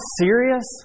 serious